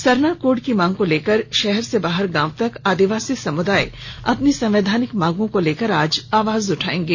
Sarna code की मांग को लेकर शहर से लेकर गांव तक आदिवासी समुदाय अपनी संवैधानिक मांगों को लेकर आवाज उठायेंगे